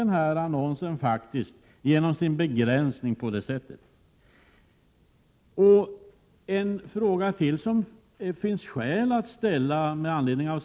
I annonsens avslutning fanns även följande: Du kan gärna ha folkrörelsebakgrund.